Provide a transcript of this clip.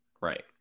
Right